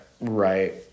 Right